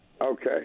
Okay